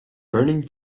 burning